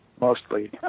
mostly